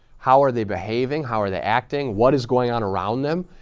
how are they behaving, how are they acting, what is going on around them.